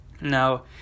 Now